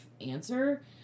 answer